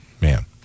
man